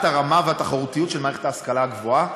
הרמה והתחרותיות של מערכת ההשכלה הגבוהה,